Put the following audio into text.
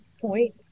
point